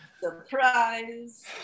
Surprise